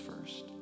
first